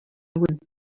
would